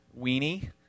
weenie